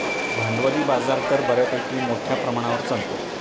भांडवली बाजार तर बऱ्यापैकी मोठ्या प्रमाणावर चालतो